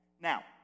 Now